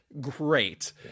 great